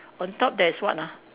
on top there's what ah